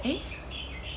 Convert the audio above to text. eh